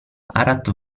arat